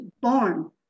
born